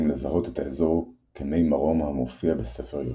לזהות את האזור כמי מרום המופיע בספר יהושע.